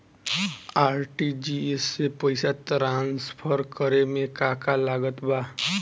RTGS से पईसा transfer करे मे का का लागत बा?